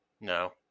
No